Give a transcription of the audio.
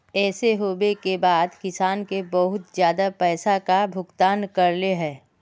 ऐसे होबे के बाद किसान के बहुत ज्यादा पैसा का भुगतान करले है?